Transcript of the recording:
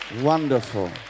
Wonderful